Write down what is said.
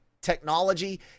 technology